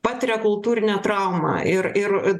patiria kultūrinę traumą ir ir